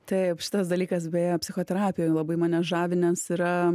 taip šitas dalykas beje psichoterapijoj labai mane žavi nes yra